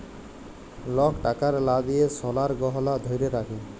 lock টাকার লা দিঁয়ে সলার গহলা ধ্যইরে রাখে